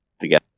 together